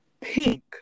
Pink